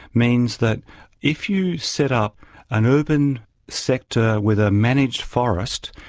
means that if you set up an urban sector with a managed forest,